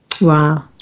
wow